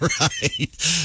right